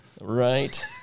Right